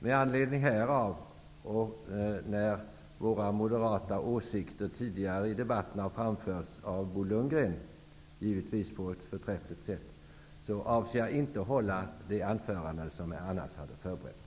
Med anledning härav, och när våra moderata åsikter har framförts tidigare i debatten av Bo Lundgren -- givetvis på ett förträffligt sätt -- avser jag inte att hålla det anförande som jag hade förberett.